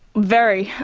very.